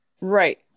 right